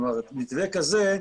כלומר, מתווה כזה,